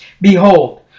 Behold